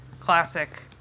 Classic